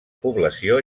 població